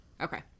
okay